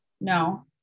no